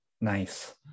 Nice